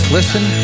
Listen